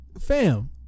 Fam